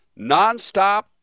nonstop